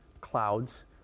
clouds